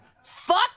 Fuck